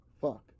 Fuck